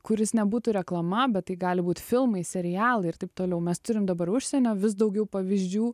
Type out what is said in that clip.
kuris nebūtų reklama bet tai gali būt filmai serialai ir taip toliau mes turim dabar užsienio vis daugiau pavyzdžių